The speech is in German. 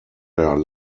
der